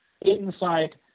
inside